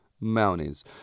mountains